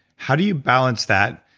how do you balance that,